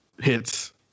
hits